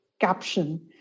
caption